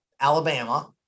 Alabama